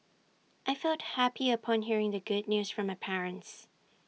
I felt happy upon hearing the good news from my parents